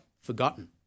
forgotten